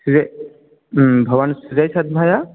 श्रिय भवान् श्रीसद्भय